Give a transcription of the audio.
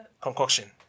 Concoction